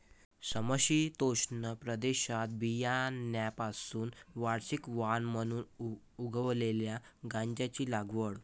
समशीतोष्ण प्रदेशात बियाण्यांपासून वार्षिक वाण म्हणून उगवलेल्या गांजाची लागवड